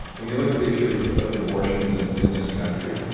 when you look at the issue of of abortion in this country,